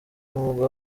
n’ubwo